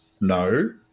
No